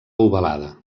ovalada